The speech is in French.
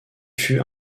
fut